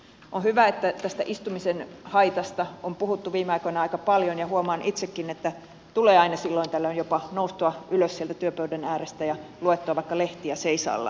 on hyvä että tästä istumisen haitasta on puhuttu viime aikoina aika paljon ja huomaan itsekin että tulee aina silloin tällöin jopa noustua ylös sieltä työpöydän äärestä ja luettua vaikka lehtiä seisaallaan